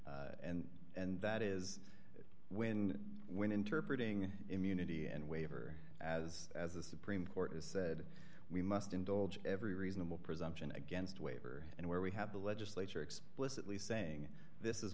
and and that is when when interpret ing immunity and waiver as as a supreme court has said we must indulge every reasonable presumption against waiver and where we have the legislature explicitly saying this is